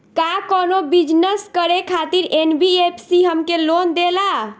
का कौनो बिजनस करे खातिर एन.बी.एफ.सी हमके लोन देला?